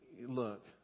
look